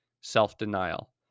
self-denial